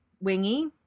Wingy